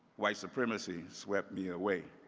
white supremacy swept me away.